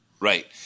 Right